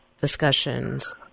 discussions